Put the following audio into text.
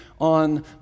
on